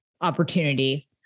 opportunity